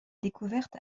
découverte